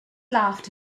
laughed